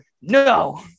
No